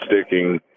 sticking